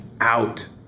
out